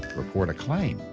report a claim.